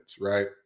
right